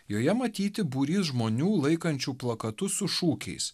joje matyti būrys žmonių laikančių plakatus su šūkiais